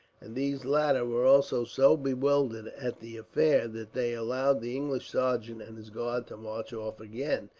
and these latter were also so bewildered at the affair, that they allowed the english sergeant and his guard to march off again,